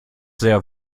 sehr